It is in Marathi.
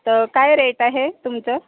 तर काय रेट आहे तुमचं